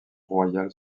royal